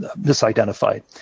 misidentified